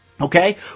Okay